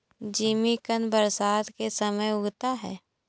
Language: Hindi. जिमीकंद बरसात के समय में उगता है